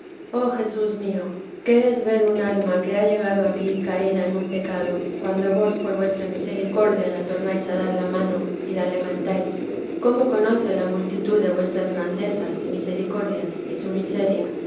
oh jesús mío qué es ver un alma que ha llegado aquí caída en un pecado cuando vos por vuestra misericordia la tornáis a dar la mano y la levantáis cómo conoce la multitud de vuestras grandezas y misericordias y su miseria